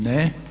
Ne.